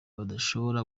badashobora